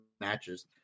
matches